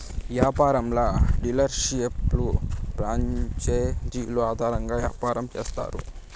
ఈ యాపారంలో డీలర్షిప్లు ప్రాంచేజీలు ఆధారంగా యాపారం చేత్తారు